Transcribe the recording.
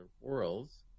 Worlds